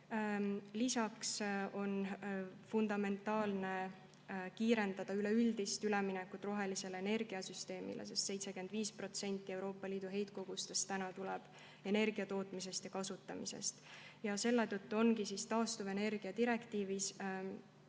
Lisaks on fundamentaalne kiirendada üleüldist üleminekut rohelisele energiasüsteemile, sest 75% Euroopa Liidu heitkogustest tuleb energia tootmisest ja kasutamisest. Selle tõttu ongi taastuvenergia direktiivis